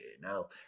no